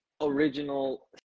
original